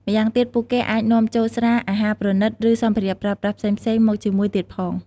ម្យ៉ាងទៀត ពួកគេអាចនាំចូលស្រា អាហារប្រណីត ឬសម្ភារៈប្រើប្រាស់ផ្សេងៗមកជាមួយទៀតផង។